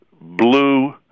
blue